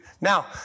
Now